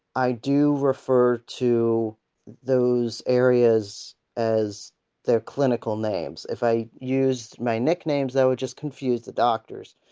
i do refer to those areas as their clinical names. if i use my nicknames i would just confuse the doctors.